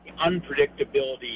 unpredictability